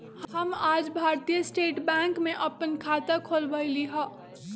हम आज भारतीय स्टेट बैंक में अप्पन खाता खोलबईली ह